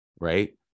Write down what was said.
right